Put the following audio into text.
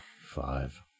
Five